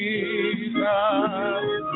Jesus